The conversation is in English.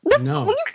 No